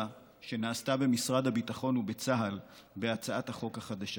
שנעשתה במשרד הביטחון ובצה"ל בהצעת החוק החדשה,